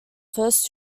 first